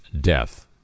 death